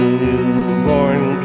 newborn